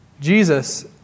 Jesus